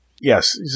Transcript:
Yes